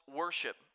worship